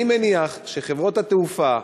אני מניח שחברות התעופה,